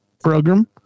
program